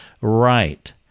right